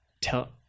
tell